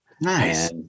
Nice